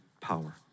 power